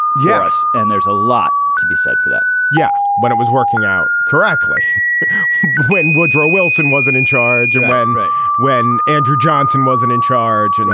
yes and there's a lot to be said for that yeah when it was working out correctly when woodrow wilson wasn't in charge of ah when when andrew johnson wasn't in charge. and